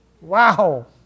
Wow